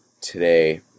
today